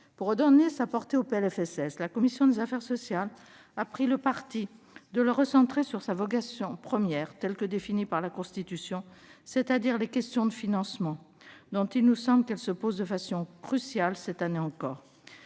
Pour redonner sa portée au PLFSS, la commission des affaires sociales a pris le parti de le recentrer sur sa vocation première, telle que la Constitution la définit, c'est-à-dire les questions de financement, qui à nos yeux se posent de façon cruciale cette année encore.